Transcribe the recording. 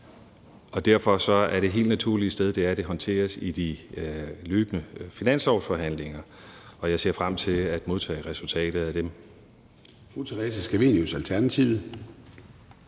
og derfor er det helt naturlige sted, det håndteres, i de løbende finanslovsforhandlinger, og jeg ser frem til at modtage resultatet af dem.